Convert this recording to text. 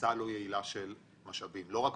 מהקצאה לא יעילה של משאבים לא רק